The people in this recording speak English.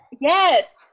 Yes